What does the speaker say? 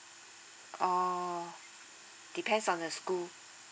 oh depends on the school